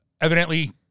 evidently